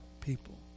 people